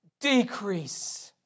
Decrease